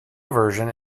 version